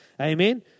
Amen